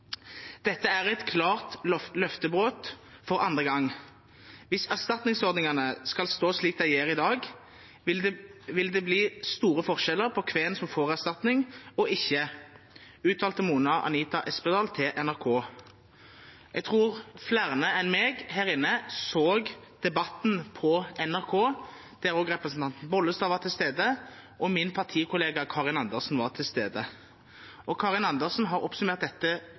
er eit klart løftebrot for andre gang. Viss erstatningsordningane skal stå slik dei gjer i dag, vil det bli store forskjellar på kven som får erstatning og ikkje». Jeg tror flere enn meg her inne så Debatten på NRK, der også representanten Bollestad og min partikollega Karin Andersen var til stede. Karin Andersen har oppsummert dette